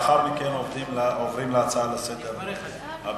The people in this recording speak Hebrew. ולאחר מכן עוברים להצעה הבאה